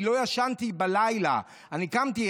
אני לא ישנתי בלילה, אני קמתי.